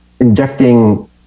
injecting